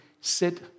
sit